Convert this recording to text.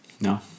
No